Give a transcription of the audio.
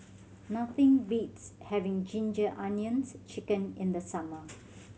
nothing beats having Ginger Onions Chicken in the summer